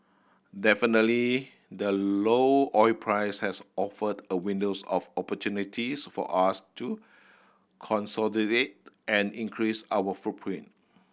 definitely the low oil price has offered a windows of opportunities for us to consolidate and increase our footprint